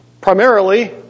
primarily